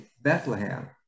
Bethlehem